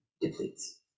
depletes